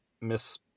Miss